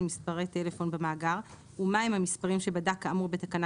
מספרי טלפון במאגר ומהם המספרים שבדק כאמור בתקנה